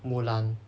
mulan